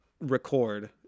record